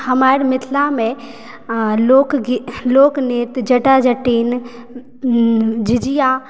हमर मिथिला मे आ लोकगीत लोकनृत्य जटा जटिन झिझिया